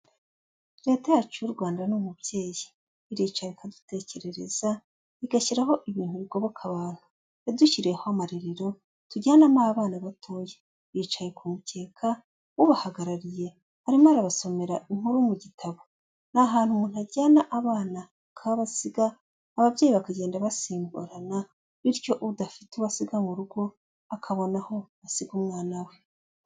Leta yacu y'u Rwanda ni umubyeyi. Iricaye ikadutekerereza, igashyiraho ibintu bigoboka abantu. Yadushyiriyeho amarerero, tujyanamo abana batoya. Bicaye ku mukeka, ubahagarariye arimo arabasomera inkuru mu gitabo. Ni ahantu umuntu ajyana abana akahabasiga, ababyeyi bakagenda basimburana, bityo udafite uwo asiga mu rugo, akabona aho asiga umwana we.